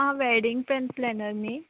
आं वेडींग पे प्लेनर न्ही